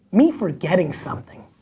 me forgetting something.